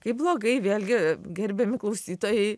kai blogai vėlgi gerbiami klausytojai